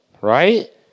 right